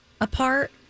apart